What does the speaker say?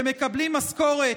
שמקבלים משכורת,